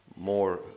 more